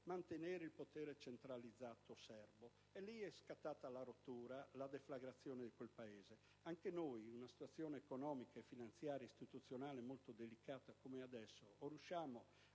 mantenere il potere centralizzato serbo. È scattata così la rottura e la deflagrazione in quel Paese. Anche noi, in una situazione economica, finanziaria e istituzionale molto delicata come quella che stiamo